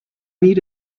need